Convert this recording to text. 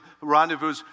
rendezvous